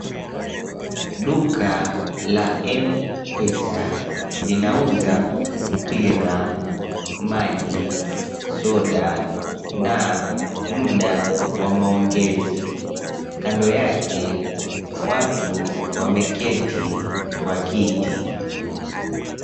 Duka la M-Pesa, linauza mpira, maji, soda na muda wa maongezi. Kando yake, watu wameketi kwa kiti.